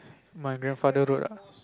my grandfather road ah